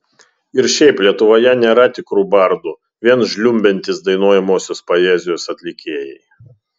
ir šiaip lietuvoje nėra tikrų bardų vien žliumbiantys dainuojamosios poezijos atlikėjai